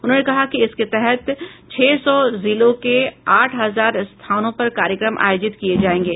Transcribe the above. उन्होंने कहा कि इसके तहत छह सौ जिलों के आठ हजार स्थानों पर कार्यक्रम आयोजित किये जायेंगे